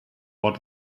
what